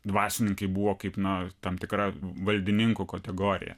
dvasininkai buvo kaip na tam tikra valdininkų kategorija